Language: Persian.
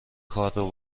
کارو